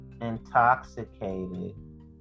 intoxicated